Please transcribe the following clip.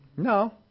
No